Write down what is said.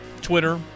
Twitter